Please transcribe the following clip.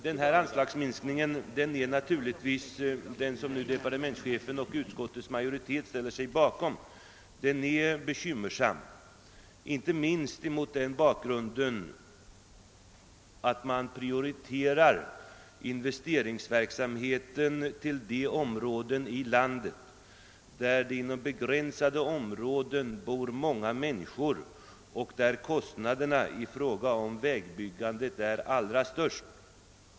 Den anslagsminskning som departementschefen och utskottsmajoriteten ställer sig bakom är bekymmersam, inte minst mot den bakgrunden att man prioriterar = investeringsverksamheten för de delar av landet där det inom begränsade områden bor många människor och där kostnaderna för vägbyggandet är allra störst.